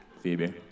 Phoebe